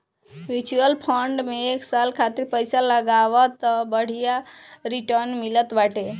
mutual fund में एक साल खातिर पईसा लगावअ तअ बढ़िया रिटर्न मिलत बाटे